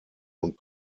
und